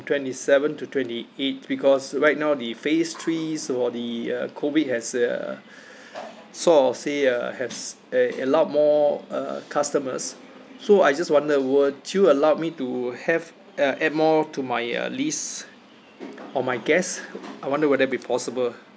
twenty seven to twenty eight because right now the phase three about the uh COVID has uh sort of say uh has a a lot more uh customers so I just wonder would you allow me to have uh add more to my uh list on my guest I wonder would that be possible